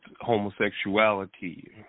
homosexuality